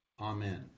Amen